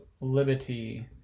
liberty